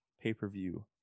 pay-per-view